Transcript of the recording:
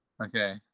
Okay